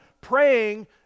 praying